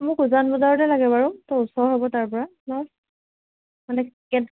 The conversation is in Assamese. মোক উজান বজাৰতে লাগে বাৰু ওচৰ হ'ব তাৰ পৰা মানে কেন